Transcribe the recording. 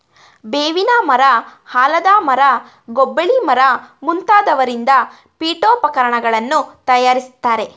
ಬೇವಿನ ಮರ, ಆಲದ ಮರ, ಗೊಬ್ಬಳಿ ಮರ ಮುಂತಾದವರಿಂದ ಪೀಠೋಪಕರಣಗಳನ್ನು ತಯಾರಿಸ್ತರೆ